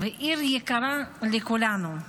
זו עיר יקרה לכולנו.